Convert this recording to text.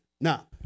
Now